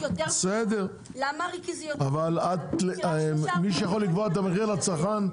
מי שיכול לקבוע את המחיר לצרכן,